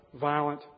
violent